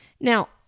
Now